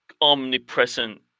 omnipresent